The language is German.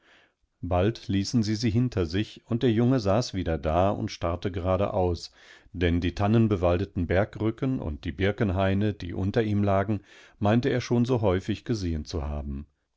bald ließen sie sie hinter sich und der junge saß wieder da und starrte geradeaus denn die tannenbewaldeten bergrücken und die birkenhaine die unter ihm lagen meinte er schon so häufig gesehen zu haben